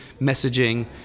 messaging